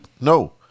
no